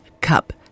Cup